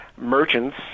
Merchants